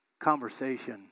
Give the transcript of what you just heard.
conversation